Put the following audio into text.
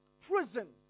prison